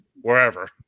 wherever